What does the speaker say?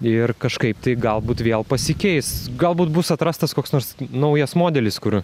ir kažkaip tai galbūt vėl pasikeis galbūt bus atrastas koks nors naujas modelis kur